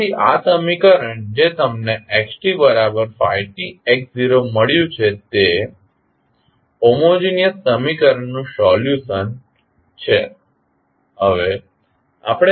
તેથી આ સમીકરણ જે તમને xtφtx0 મળ્યું છે તે હોમોજીનીયસ સમીકરણનું સોલ્યુશન છે